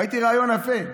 ראיתי רעיון יפה: